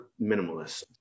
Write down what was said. minimalist